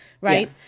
right